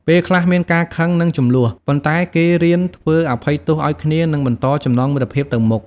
ពេលខ្លះមានការខឹង និងជម្លោះ ប៉ុន្តែគេរៀនធ្វើអភ័យទោសឱ្យគ្នា និងបន្តចំណងមិត្តភាពទៅមុខ។